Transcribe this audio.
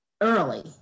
early